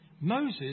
Moses